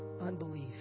unbelief